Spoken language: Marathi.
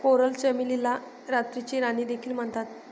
कोरल चमेलीला रात्रीची राणी देखील म्हणतात